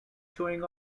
showing